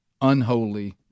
unholy